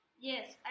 Yes